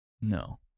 No